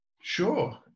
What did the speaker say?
Sure